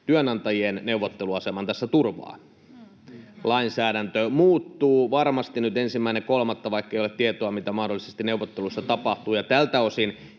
työnantajien neuvotteluaseman tässä turvaa. Lainsäädäntö muuttuu varmasti nyt 1.3. vaikkei ole tietoa, mitä mahdollisesti neuvotteluissa tapahtuu. Tältä osin